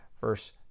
verse